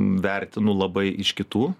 vertinu labai iš kitų